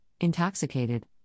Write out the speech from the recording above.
intoxicated